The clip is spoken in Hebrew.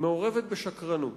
מעורבת בשקרנות.